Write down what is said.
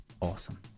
awesome